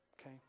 Okay